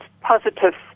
positive